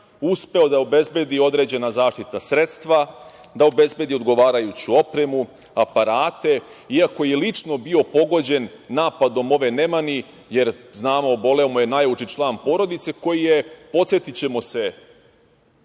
uspeo da obezbedi određena zaštitna sredstva, da obezbedi odgovarajuću opremu, aparate iako je lično bio pogođen napadom ove nemani, jer znamo, oboleo mu je najuži član porodice koji je, podsetićemo se